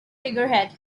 figurehead